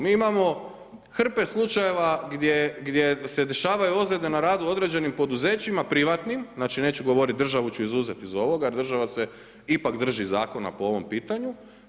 Mi imamo hrpe slučajeva gdje se dešavaju ozljede na radu u određenim poduzećima privatnim, znači neću govoriti, državu ću izuzet iz ovoga jer država se ipak drži zakona po ovom pitanju.